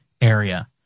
area